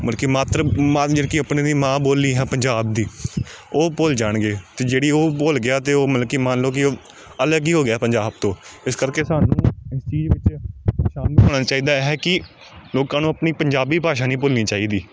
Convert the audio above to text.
ਮਲਕੀ ਮਾਤਰ ਆਪਣੇ ਦੀ ਮਾਂ ਬੋਲੀ ਹੈ ਪੰਜਾਬ ਦੀ ਉਹ ਭੁੱਲ ਜਾਣਗੇ ਅਤੇ ਜਿਹੜੀ ਉਹ ਭੁੱਲ ਗਿਆ ਅਤੇ ਉਹ ਮਤਲਬ ਕਿ ਮੰਨ ਲਓ ਕਿ ਅਲੱਗ ਹੀ ਹੋ ਗਿਆ ਪੰਜਾਬ ਤੋਂ ਇਸ ਕਰਕੇ ਹੋਣਾ ਚਾਹੀਦਾ ਹੈ ਕਿ ਲੋਕਾਂ ਨੂੰ ਆਪਣੀ ਪੰਜਾਬੀ ਭਾਸ਼ਾ ਨਹੀਂ ਭੁੱਲਣੀ ਚਾਹੀਦੀ